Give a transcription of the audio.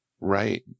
Right